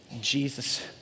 Jesus